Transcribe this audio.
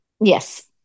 Yes